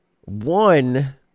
One